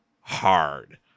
hard